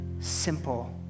simple